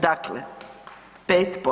Dakle, 5%